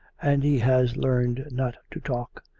and he has learned not to talk.